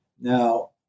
Now